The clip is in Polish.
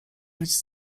żyć